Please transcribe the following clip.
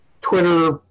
Twitter